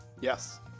Yes